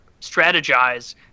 strategize